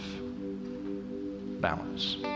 Balance